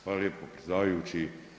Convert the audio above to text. Hvala lijepo predsjedavajući.